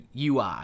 UI